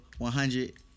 100